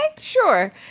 sure